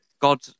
God